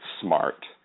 smart